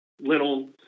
little